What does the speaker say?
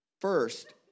first